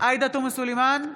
עאידה תומא סלימאן,